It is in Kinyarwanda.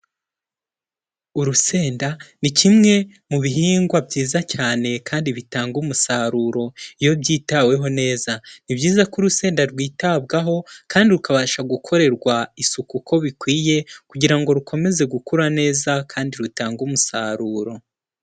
Urusenda ni kimwe mu bihingwa byiza cyane kandi bitanga umusaruro iyo byitaweho neza, ni byiza ko urusenda rwitabwaho kandi rukabasha gukorerwa isuku uko bikwiye kugira ngo rukomeze gukura neza kandi rutange umusaruro.